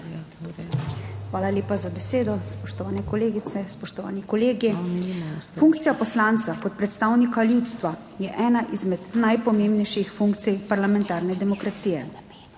Hvala lepa za besedo. Spoštovane kolegice, spoštovani kolegi! Funkcija poslanca kot predstavnika ljudstva je ena izmed najpomembnejših funkcij parlamentarne demokracije.